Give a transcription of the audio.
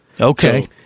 Okay